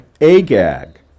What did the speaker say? agag